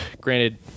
granted